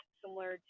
similar